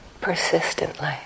persistently